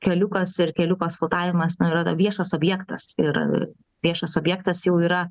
keliukas ir keliuko asfaltavimas nu yra viešas objektas ir viešas objektas jau yra